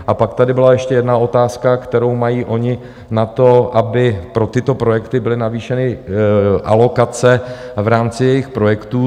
A pak tady byla ještě jedna otázka, kterou mají oni na to, aby pro tyto projekty byly navýšeny alokace v rámci jejich projektů.